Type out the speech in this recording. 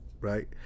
right